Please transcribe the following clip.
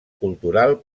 cultural